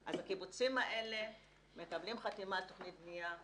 אז הקיבוצים האלה מקבלים חתימה על תוכנית בניה,